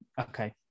Okay